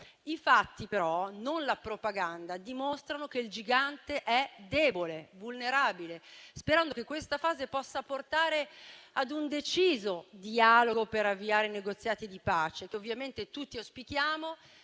I fatti però, non la propaganda, dimostrano che il gigante è debole e vulnerabile, sperando che questa fase possa portare ad un deciso dialogo per avviare i negoziati di pace, che ovviamente tutti auspichiamo,